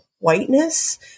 Whiteness